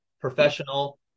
professional